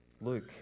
Luke